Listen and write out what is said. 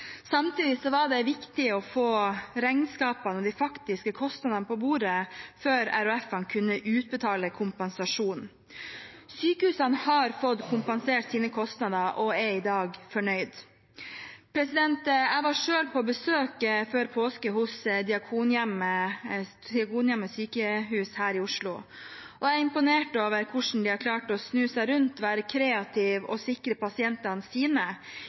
Samtidig var det viktig å få regnskapene og de faktiske kostnadene på bordet før RHF-ene kunne utbetale kompensasjonen. Sykehusene har fått kompensert sine kostnader og er i dag fornøyd. Jeg var før påske på besøk hos Diakonhjemmet Sykehus her i Oslo, og jeg er imponert over hvordan de har klart å snu seg rundt, være kreative og sikre pasientene sine.